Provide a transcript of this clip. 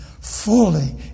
fully